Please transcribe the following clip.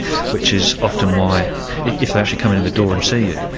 which is often why if they actually come in the door and see you,